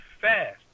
fast